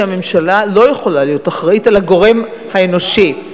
הממשלה לא יכולה להיות אחראית על הגורם האנושי,